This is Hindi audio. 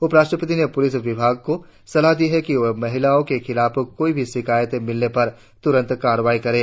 उपराष्ट्रपति ने पुलिस विभाग को सलाह दी कि वे महिलाओं के खिलाफ कोई भी शिकायत मिलने पर तुरंत कार्रवाई करे